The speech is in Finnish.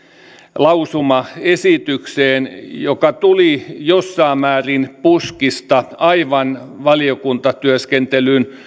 lausumaesitykseen joka tuli jossain määrin puskista aivan valiokuntatyöskentelyn